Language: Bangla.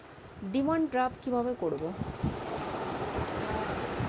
ডিমান ড্রাফ্ট কীভাবে করব?